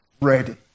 ready